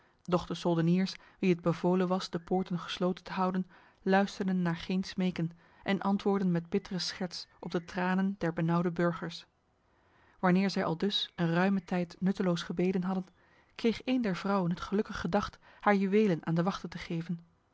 de soldeniers wie het bevolen was de poorten gesloten te houden luisterden naar geen smeken en antwoordden met bittere scherts op de tranen der benauwde burgers wanneer zij aldus een ruime tijd nutteloos gebeden hadden kreeg een der vrouwen het gelukkig gedacht haar juwelen aan de wachten te geven